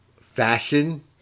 fashion